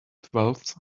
twelfth